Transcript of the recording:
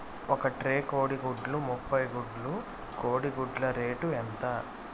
ఒక ట్రే కోడిగుడ్లు ముప్పై గుడ్లు కోడి గుడ్ల రేటు ఎంత?